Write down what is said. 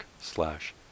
slash